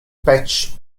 patch